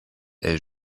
est